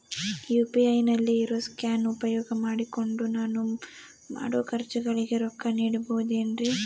UPI ನಲ್ಲಿ ಇರೋ scan ಉಪಯೋಗ ಮಾಡಿಕೊಂಡು ನಾನು ಮಾಡೋ ಖರ್ಚುಗಳಿಗೆ ರೊಕ್ಕ ನೇಡಬಹುದೇನ್ರಿ?